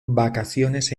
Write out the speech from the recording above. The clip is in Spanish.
vacaciones